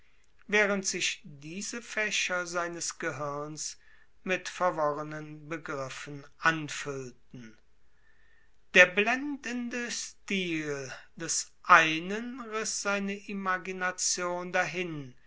während sich diese fächer seines gehirns mit verworrenen begriffen anfüllten der blendende stil des einen riß seine imagination dahin